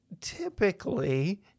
typically